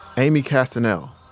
aimee castenell,